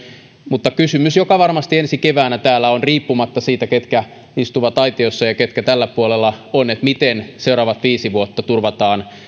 mutta kysymys joka varmasti ensi keväänä täällä on riippumatta siitä ketkä istuvat aitiossa ja ketkä tällä puolella on että miten seuraavat viisi vuotta turvataan